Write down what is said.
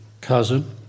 cousin